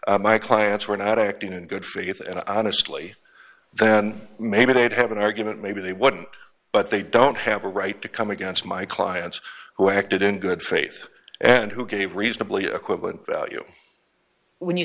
example my clients were not acting in good faith and honestly then maybe they'd have an argument maybe they wouldn't but they don't have a right to come against my clients who acted in good faith and who gave reasonably equivalent value when you